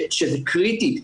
שזה קריטי,